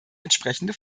entsprechende